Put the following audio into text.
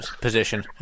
position